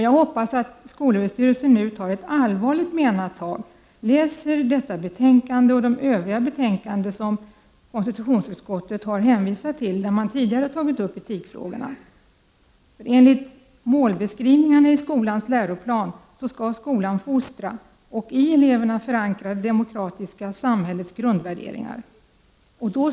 Jag hoppas att skolöverstyrelsen nu tar ett allvarligt menat tag och läser detta betänkande och de övriga betänkanden som konstitutionsutskottet har hänvisat till och i vilka man tidigare tagit upp etikfrågorna. verna förankra det demokratiska samhällets grundvärderingar.